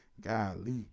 Golly